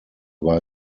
war